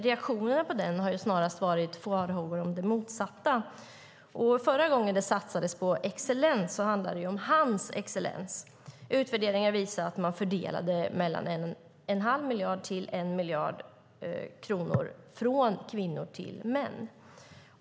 Reaktionerna på den har snarast varit farhågor om det motsatta. Förra gången det satsades på excellens handlade det om hans excellens. Utvärderingar visade att man fördelade mellan en halv och en miljard kronor från kvinnor till män.